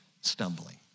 stumbling